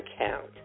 account